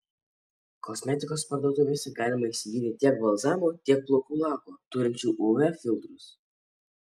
kosmetikos parduotuvėse galima įsigyti tiek balzamo tiek plaukų lako turinčių uv filtrus